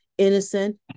Innocent